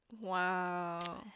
Wow